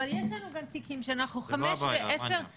אבל יש לנו גם תיקים שאנחנו חמש ועשר --- זו לא הבעיה,